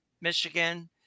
Michigan